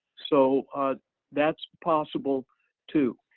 so that's possible too.